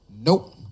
Nope